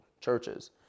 churches